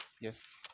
Yes